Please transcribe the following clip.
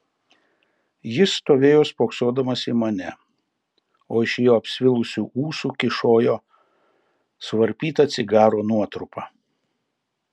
jis stovėjo spoksodamas į mane o iš jo apsvilusių ūsų kyšojo suvarpyta cigaro nuotrupa